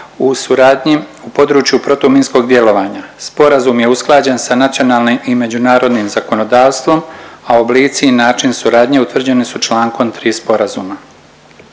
o suradnji u području protuminskog djelovanja. Sporazum je usklađen sa nacionalnim i međunarodnim zakonodavstvom, a oblici i način suradnje utvrđene su čl. 3 sporazuma.